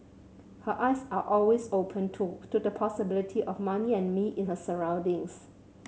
her eyes are always open too to the possibility of Mummy and Me in her surroundings